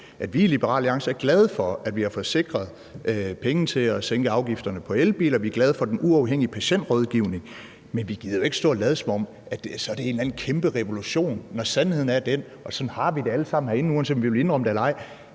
vi i Liberal Alliance er glade for, at vi har fået sikret penge til at få sænket afgiften på elbiler, og at vi er glade for den uafhængige patientrådgivning. Men vi gider jo ikke stå og lade, som om det er sådan en eller anden kæmpe revolution, når sandheden er den – sådan har vi det alle sammen herinde, uanset om vi vil indrømme det eller